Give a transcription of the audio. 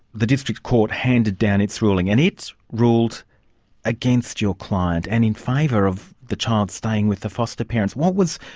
the district court handed down its ruling. and it's ruled against your client and in favour of the child staying with the foster parents. what was